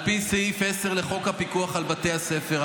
על פי סעיף 10 לחוק הפיקוח על בתי הספר,